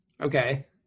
Okay